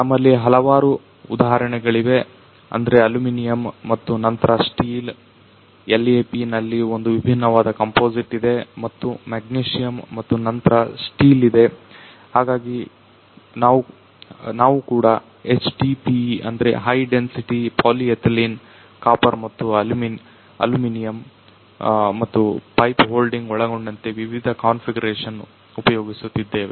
ನಮ್ಮಲ್ಲಿ ಹಲವಾರು ಉಧಾಹರಣೆಗಳಿವೆ ಅಂದ್ರೆ ಅಲ್ಯೂಮಿನಿಯಮ್ ಮತ್ತು ನಂತ್ರ ಸ್ಟೀಲ್ LAP ನಲ್ಲಿ ಒಂದು ವಿಭಿನ್ನವಾದ ಕಂಪೊಸಿಟ್ ಇದೆ ಮತ್ತು ಮ್ಯಾಗ್ನೆಷಿಯಂ ಮತ್ತು ನಂತ್ರ ಸ್ಟೀಲ್ ಇದೆ ನಾವು ಕೂಡ HDPE ಅಂದ್ರೆ ಹೈ ಡೆನ್ಸಿಟಿ ಪಾಲಿಎತೈಲೀನ್ ಕಾಪರ್ ಮತ್ತು ಅಲ್ಯೂಮಿನಿಯಂ ಮತ್ತು ಪೈಪ್ ಹೊಲ್ಡಿಂಗ್ ಒಳಗೊಂಡಂತೆ ವಿವಿಧ ಕಾನ್ಫಿಗರೇಶನ್ಸ್ ಉಪಯೋಗಿಸಿದ್ದೇವೆ